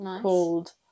called